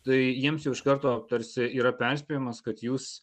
tai jiems jau iš karto tarsi yra perspėjimas kad jūs